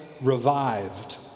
revived